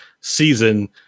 season